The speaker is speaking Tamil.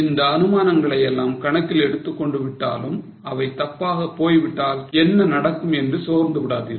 இந்த அனுமானங்களை எல்லாம் கணக்கில் எடுத்துக் கொண்டு விட்டாலும் அவை தப்பாக போய் விட்டால் என்ன நடக்கும் என்று சோர்ந்து விடாதீர்கள்